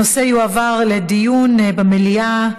הנושא יועבר לדיון במליאה.